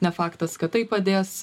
ne faktas kad tai padės